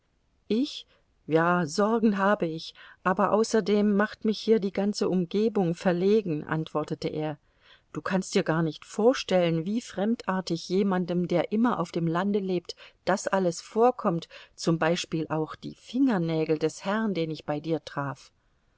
ich ja sorgen habe ich aber außerdem macht mich hier die ganze umgebung verlegen antwortete er du kannst dir gar nicht vorstellen wie fremdartig jemandem der immer auf dem lande lebt das alles vorkommt zum beispiel auch die fingernägel des herrn den ich bei dir traf